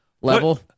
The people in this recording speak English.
level